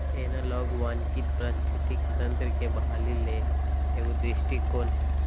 analogue वानिकी पारिस्थितिकी तंत्र के बहाली ले एगो दृष्टिकोण हइ